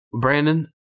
Brandon-